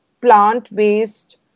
plant-based